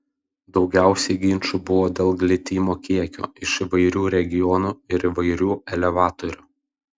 daugiausiai ginčų buvo dėl glitimo kiekio iš įvairių regionų ir įvairių elevatorių